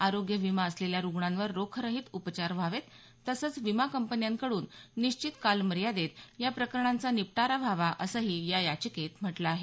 आरोग्य विमा असलेल्या रुग्णांवर रोखरहित उपचार व्हावेत तसंच विमा कंपन्यांकड्रन निश्चित कालमर्यादेत या प्रकरणांचा निपटारा व्हावा असंही या याचिकेत म्हटलं आहे